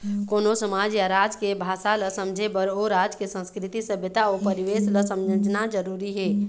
कोनो समाज या राज के भासा ल समझे बर ओ राज के संस्कृति, सभ्यता अउ परिवेस ल समझना जरुरी हे